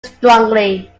strongly